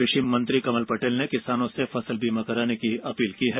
कृषि मंत्री कमल पटेल ने किसानों से फसल बीमा कराने की अपील की है